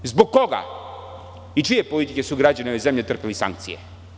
Zbog koga i čije politike su građani ove zemlje trpeli sankcije?